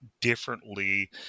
differently